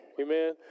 Amen